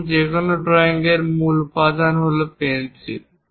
এখন যে কোনো ড্রয়িং এর মূল উপাদান হল পেন্সিল